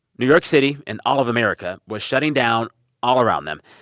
new york city and all of america was shutting down all around them.